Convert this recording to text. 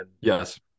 Yes